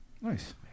Nice